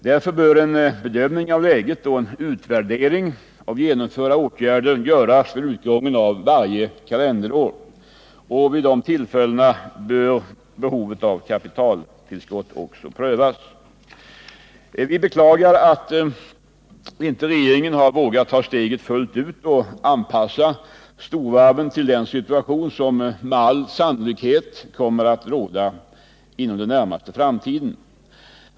Därför bör en bedömning av läget och en utvärdering av genomförda åtgärder göras vid utgången av varje kalenderår. Och vid de tillfällena bör behovet av kapitaltillskott också prövas. Vi beklagar att regeringen inte vågat ta steget fullt ut och anpassa storvarven till en situation som med all sannolikhet kommer att råda inom den närmaste framtiden.